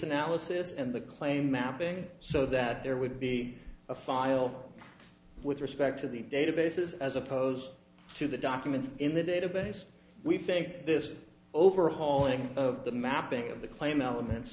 analysis and the claim mapping so that there would be a file with respect to the databases as opposed to the documents in the database we think this overhauling of the mapping of the claim elements